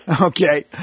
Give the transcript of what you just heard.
Okay